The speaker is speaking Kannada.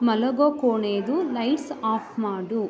ಮಲಗೋ ಕೋಣೇದು ಲೈಟ್ಸ್ ಆಫ್ ಮಾಡು